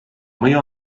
mõju